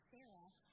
Sarah